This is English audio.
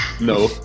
no